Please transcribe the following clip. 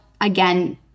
again